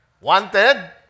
Wanted